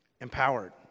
Empowered